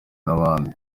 n’abandi